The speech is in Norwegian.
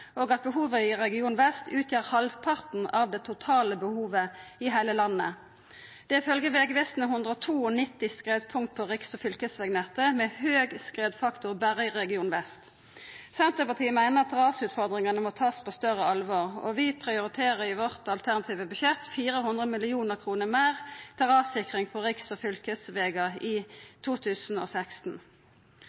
og at behovet i Region vest utgjer halvparten av det totale behovet i heile landet. Det er ifølgje Vegvesenet 192 skredpunkt på riks- og fylkesvegnettet med høg skredfaktor berre i Region vest. Senterpartiet meiner rasutfordringane må takast på større alvor. Vi prioriterer i vårt alternative budsjett 400 mill. kr meir til rassikring på riks- og fylkesvegar i 2016.